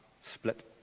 split